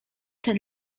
ten